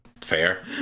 Fair